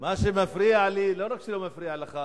מה שמפריע לי זה לא רק שהוא מפריע לך,